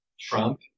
Trump